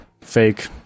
fake